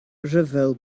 ryfel